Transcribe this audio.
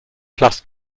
plus